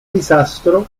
disastro